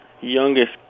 youngest